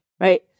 right